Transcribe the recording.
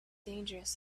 dangerous